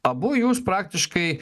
abu jūs praktiškai